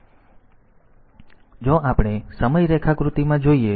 તેથી જો આપણે સમય રેખાકૃતિમાં જોઈએ